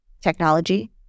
technology